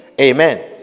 amen